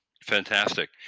Fantastic